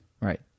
Right